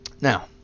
Now